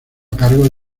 cargo